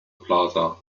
plaza